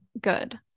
good